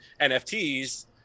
NFTs